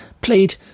played